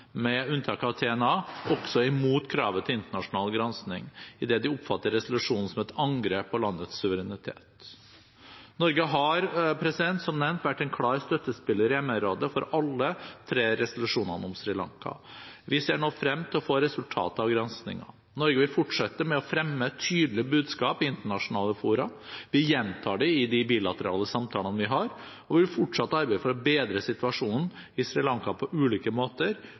med unntak av TNA, også er imot kravet om internasjonal gransking idet de oppfatter resolusjonen som et angrep på landets suverenitet. Norge har, som nevnt, vært en klar støttespiller i MR-rådet for alle tre resolusjonene om Sri Lanka. Vi ser nå frem til å få resultatet av granskingen. Norge vil fortsette med å fremme tydelige budskap i internasjonale fora, vi gjentar det i de bilaterale samtalene vi har, og vi vil fortsette å arbeide for å bedre situasjonen i Sri Lanka på ulike måter